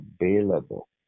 available